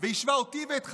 והשווה אותי ואת חבריי,